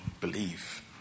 believe